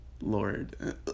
Lord